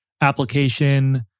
application